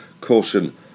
caution